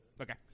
Okay